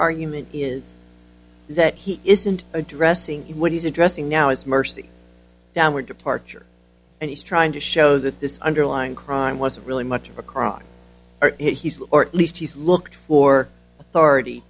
argument is that he isn't addressing what he's addressing now is mercy downward departure and he's trying to show that this underlying crime wasn't really much of a crime he said or at least he's looked for authority